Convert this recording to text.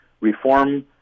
reform